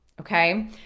okay